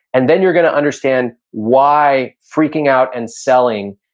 and then you're gonna understand why freaking out, and selling,